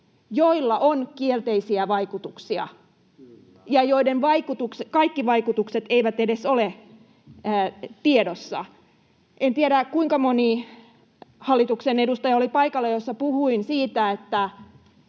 joilla on kielteisiä vaikutuksia [Ilmari Nurminen: Kyllä!] ja joiden kaikki vaikutukset eivät edes ole tiedossa. En tiedä, kuinka moni hallituksen edustaja oli paikalla, kun puhuin siitä, että